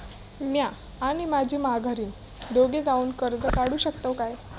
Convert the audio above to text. म्या आणि माझी माघारीन दोघे जावून कर्ज काढू शकताव काय?